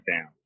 down